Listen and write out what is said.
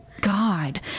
God